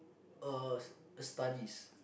uh studies